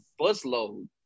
busload